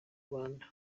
rwanda